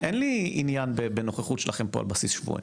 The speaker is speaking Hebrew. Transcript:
אין לי עניין בנוכחות שלכם כאן על בסיס שבועי.